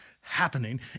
happening